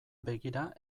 begira